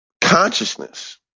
consciousness